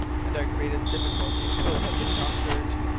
and our greatest difficulty will have been conquered.